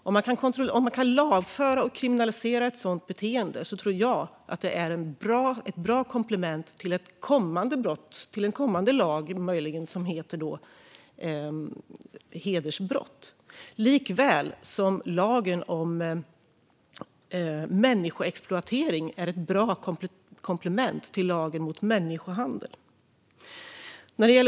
Om man kan kriminalisera ett sådant beteende tror jag att det är ett bra komplement till en kommande lag om hedersbrott, precis som lagen om människoexploatering är ett bra komplement till lagen mot människohandel.